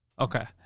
Okay